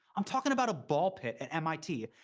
i'm talking about a ball pit at mit,